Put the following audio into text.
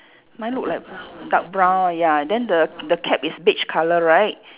mine look like dark brown ya then the the cap is beige colour right